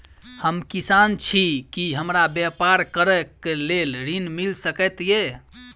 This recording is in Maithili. हम किसान छी की हमरा ब्यपार करऽ केँ लेल ऋण मिल सकैत ये?